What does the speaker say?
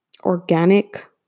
organic